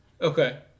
Okay